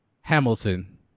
hamilton